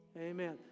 amen